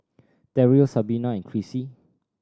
Terrill Sabina Krissy